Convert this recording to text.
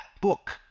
book